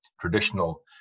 traditional